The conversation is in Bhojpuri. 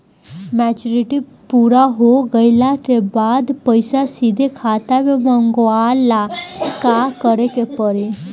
मेचूरिटि पूरा हो गइला के बाद पईसा सीधे खाता में मँगवाए ला का करे के पड़ी?